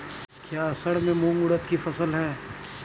क्या असड़ में मूंग उर्द कि फसल है?